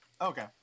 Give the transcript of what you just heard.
okay